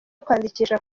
kwandikisha